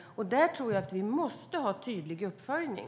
Där tror jag att vi måste ha en tydlig uppföljning.